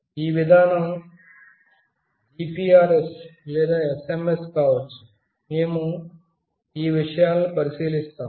ఈ విధానం GPRS లేదా SMS కావచ్చు మేము ఈ విషయాలను పరిశీలిస్తాము